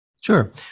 Sure